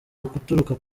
guturuka